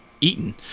eaten